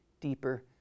deeper